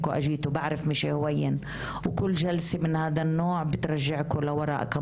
ישיבה זו נעולה.